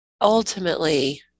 ultimately